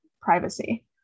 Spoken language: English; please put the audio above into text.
privacy